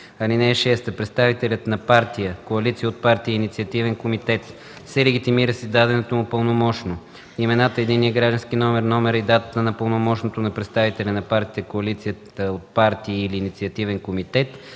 данни. (6) Представителят на партия, коалиция от партии и инициативен комитет се легитимира с издаденото му пълномощно. Имената, единният граждански номер, номера и датата на пълномощното на представителя на партията, коалицията от партии или инициативен комитет